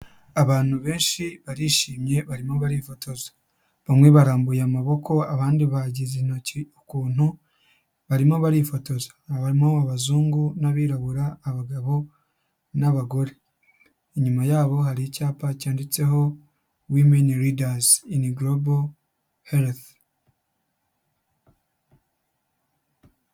Abantu benshi barishimye barimo barifotoza, bamwe barambuye amaboko abandi bagize intoki ukuntu barimo barifotoza, abarimo abazungu n'abirabura, abagabo n'abagore, inyuma yabo hari icyapa cyanditseho Women Leaders Global Health.